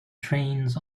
trains